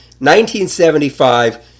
1975